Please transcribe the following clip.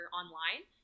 online